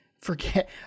forget